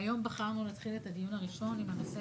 והיום בחרנו להתחיל את הדיון הראשון עם הנושא